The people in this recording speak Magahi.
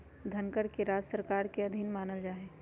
धनकर के राज्य सरकार के अधीन मानल जा हई